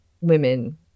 women